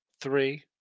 three